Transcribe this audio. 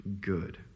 good